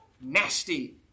nasty